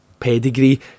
Pedigree